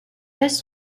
laisse